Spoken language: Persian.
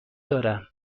دارم